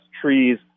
trees